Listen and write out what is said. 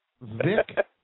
Vic